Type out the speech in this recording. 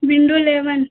windows eleven